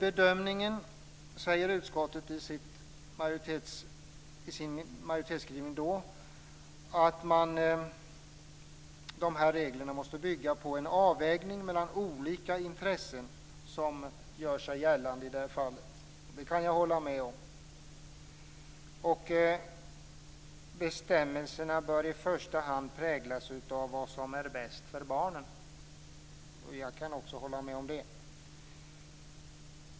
Utskottet säger i sin majoritetsskrivning att reglerna i det här fallet måste bygga på en avvägning mellan olika intressen som gör sig gällande, och det kan jag hålla med om. Vidare säger man att bestämmelserna i första hand bör präglas av vad som är bäst för barnen. Även det kan jag hålla med om.